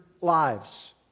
lives